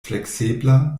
fleksebla